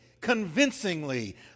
convincingly